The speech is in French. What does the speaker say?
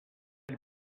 elle